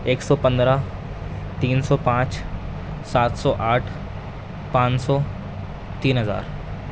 ایک سو پندرہ تین سو پانچ سات سو آٹھ پان سو تین ہزار